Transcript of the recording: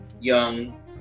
young